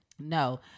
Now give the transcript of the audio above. No